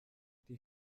die